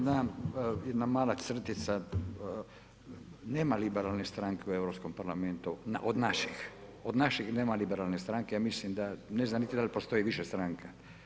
Samo jedna mala crtica, nema liberalne stranke u Europskom parlamentu, od naših, od naših nema liberalne stranke, ja mislim da ne znam niti da li postoji više stranka.